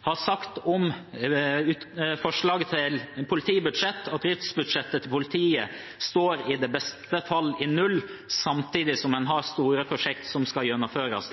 har sagt om forslaget til politibudsjett at driftsbudsjettet til politiet i beste fall står i null, samtidig som en har store prosjekter som skal gjennomføres.